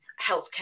healthcare